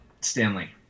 Stanley